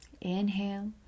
Inhale